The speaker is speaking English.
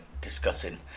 discussing